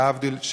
להבדיל,